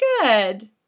good